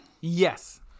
Yes